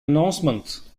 announcement